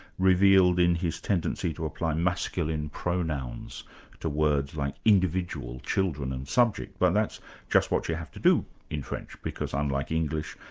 revealed in his tendency to apply masculine pronouns to words like individual, children, and subject, but that's just what you have to do in french because unlike english,